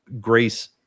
Grace